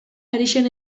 parisen